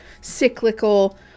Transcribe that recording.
cyclical